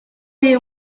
you